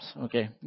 Okay